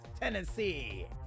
Tennessee